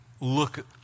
look